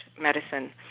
medicine